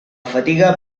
fatiga